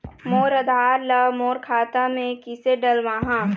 मोर आधार ला मोर खाता मे किसे डलवाहा?